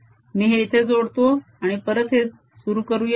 मी हे इथे जोडतो आणि परत हे सुरु करूया